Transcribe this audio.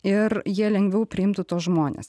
ir jie lengviau priimtų tuos žmones